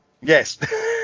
Yes